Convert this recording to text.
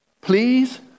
Please